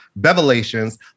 Bevelations